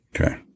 Okay